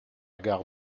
gare